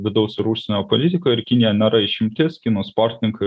vidaus ir užsienio politikoj ir kinija nėra išimtis kinų sportininkai